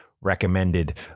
recommended